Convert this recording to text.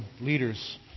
leaders